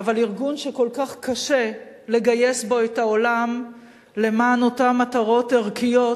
אבל ארגון שכל כך קשה לגייס בו את העולם למען אותן מטרות ערכיות,